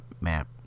map